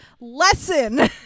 lesson